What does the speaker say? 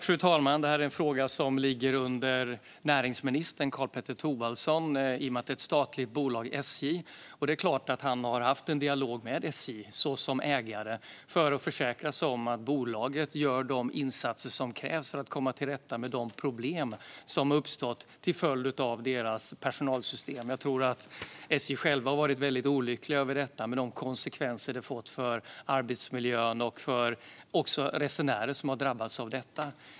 Fru talman! Detta är en fråga som ligger under näringsminister Karl-Petter Thorwaldssons ansvarsområde i och med att SJ är ett statligt bolag. Och det är klart att han har haft en dialog med SJ som ägare för att försäkra sig om att bolaget gör de insatser som krävs för att komma till rätta med de problem som har uppstått till följd av SJ:s personalsystem. Jag tror att man inom SJ har varit väldigt olycklig över detta med de konsekvenser som det har fått för arbetsmiljön och också för resenärer som har drabbats av detta.